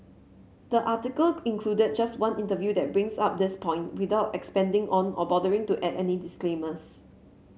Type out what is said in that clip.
the article included just one interview that brings up this point without expanding on or bothering to add any disclaimers